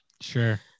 Sure